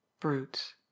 Brutes